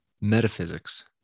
metaphysics